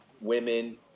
Women